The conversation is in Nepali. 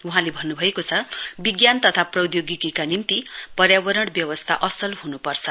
वहाँले भन्नु भएको छ विज्ञान तथा प्रौद्योगिकी निम्ति पर्यावरण व्यवस्था असल हुनुपर्छ